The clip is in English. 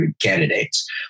candidates